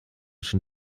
schon